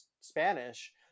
Spanish